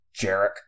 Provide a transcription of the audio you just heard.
Jarek